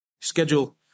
Schedule